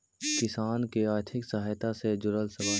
किसान के आर्थिक सहायता से जुड़ल सवाल?